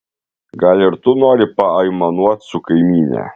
gal ir tu nori paaimanuot su kaimyne